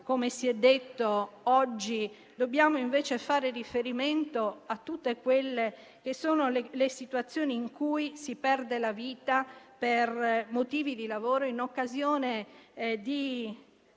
come si è detto - oggi dobbiamo fare riferimento a tutte quelle situazioni in cui si perde la vita per motivi di lavoro, in occasione di